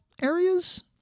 areas